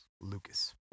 Lucas